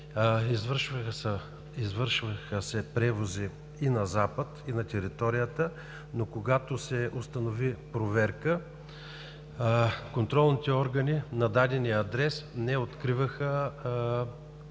извършваха се превози и на Запад, и на територията, но когато се установи проверка контролните органи на дадения адрес не откриваха